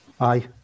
Aye